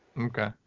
okay